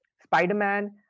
Spider-Man